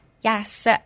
Yes